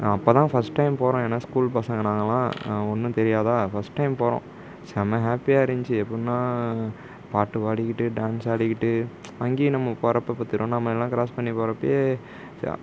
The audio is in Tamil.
அப்போதான் ஃபஸ்ட் டைம் போகிறேன் ஏன்னா ஸ்கூல் பசங்க நாங்கள் எல்லாம் ஒன்றும் தெரியாதா பஸ்ட் டைம் போகிறோம் செம்ம ஹேப்பியாக இருந்துச்சு எப்பிடின்னா பாட்டு பாடிகிட்டு டான்ஸ் ஆடிகிட்டு அங்கேயும் நம்ம போகிறப்ப இப்போ திருவண்ணாமலைலாம் கிராஸ் பண்ணி போறப்பயே